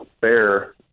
fair